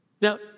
Now